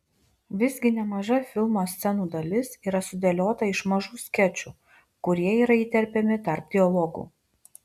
visgi nemaža filmo scenų dalis yra sudėliota iš mažų skečų kurie yra įterpiami tarp dialogų